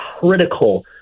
critical